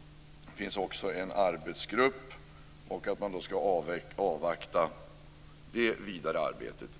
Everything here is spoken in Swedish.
- det finns också en arbetsgrupp - och att man skall avvakta det vidare arbetet.